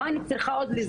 מה אני עוד צריכה לספוג,